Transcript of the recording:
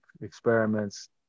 experiments